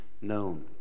known